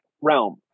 realm